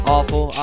Awful